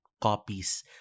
copies